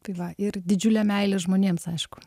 tai va ir didžiulė meilė žmonėms aišku